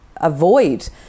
Avoid